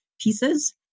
pieces